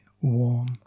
warm